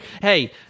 hey